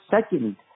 second